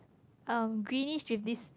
um greenish with this